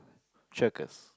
circus